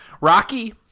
Rocky